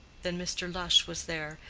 than mr. lush was there,